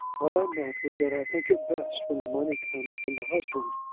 what i meant was that i think it best when the money comes from the husband.